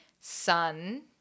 sun